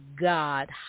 God